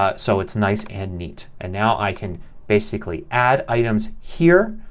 ah so it's nice and neat. and now i can basically add items here.